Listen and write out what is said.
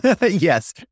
Yes